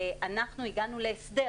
אנחנו הגענו להסדר